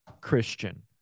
Christian